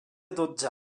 dotze